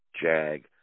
Jag